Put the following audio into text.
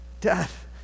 death